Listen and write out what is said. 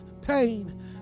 pain